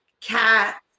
cat